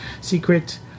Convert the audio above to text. secret